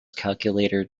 calculator